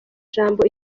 jambo